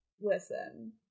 Listen